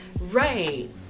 right